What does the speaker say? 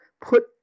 put